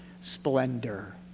splendor